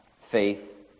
faith